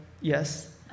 yes